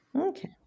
Okay